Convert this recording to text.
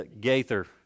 Gaither